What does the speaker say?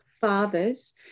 fathers